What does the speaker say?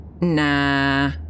Nah